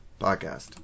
podcast